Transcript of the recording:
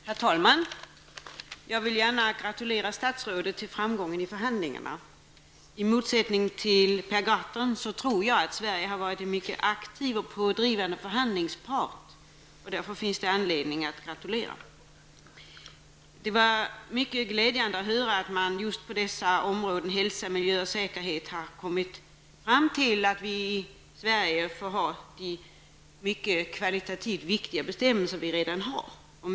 Herr talman! Jag vill gärna gratulera statsrådet till framgången i förhandlingarna. I motsats till Per Gahrton tror jag att Sverige har varit en mycket aktiv och pådrivande förhandlingspart -- och därför finns det anledning att gratulera. Det var mycket glädjande att höra att man när det gäller områdena hälsa, miljö och säkerhet har kommit fram till att vi i Sverige får ha de kvalitativt mycket viktiga bestämmelser som vi redan har.